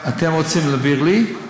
אתם רוצים להעביר לי?